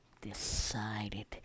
decided